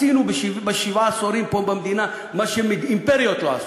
עשינו בשבעה עשורים פה במדינה מה שאימפריות לא עשו,